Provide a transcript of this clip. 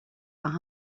par